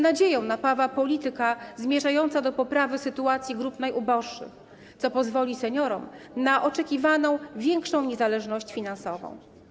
Nadzieją napawa polityka zmierzająca do poprawy sytuacji grup najuboższych, co pozwoli seniorom na oczekiwaną większą niezależność finansową.